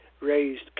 raised